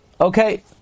Okay